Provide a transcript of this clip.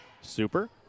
Super